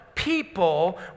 People